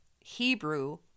Hebrew